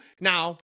Now